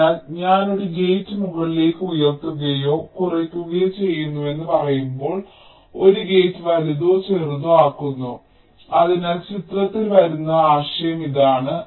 അതിനാൽ ഞാൻ ഒരു ഗേറ്റ് മുകളിലേക്ക് ഉയർത്തുകയോ കുറയ്ക്കുകയോ ചെയ്യുന്നുവെന്ന് പറയുമ്പോൾ ഞാൻ ഒരു ഗേറ്റ് വലുതോ ചെറുതോ ആക്കുന്നു അതിനാൽ ചിത്രത്തിൽ വരുന്ന ആശയം ഇതാണ്